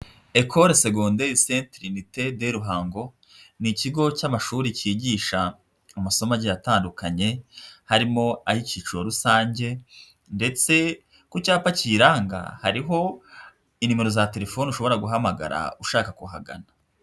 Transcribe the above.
Ecole Secondaire Sainte Trinite de Ruhango ni ikigo cy'amashuri kigisha amasomo atandukanye, harimo ay'icyiciro rusange ndetse ku cyapa kiyiranga, hariho inimero za telefoni ushobora guhamagara ushaka kuhagana